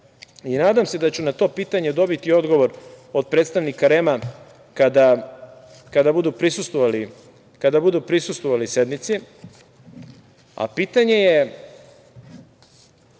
i nadam se da ću na to pitanje dobiti odgovor od predstavnika REM-a kada budu prisustvovali sednici, a pitanje je